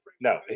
No